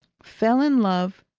fell in love,